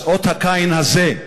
אז אות הקין הזה,